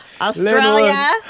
Australia